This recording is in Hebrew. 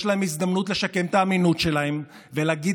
יש להם הזדמנות לשקם את האמינות שלהם ולהגיד